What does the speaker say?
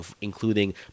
including